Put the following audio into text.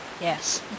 yes